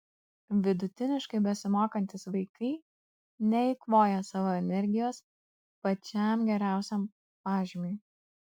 vidutiniškai besimokantys vaikai neeikvoja savo energijos pačiam geriausiam pažymiui